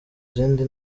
zindi